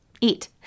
eat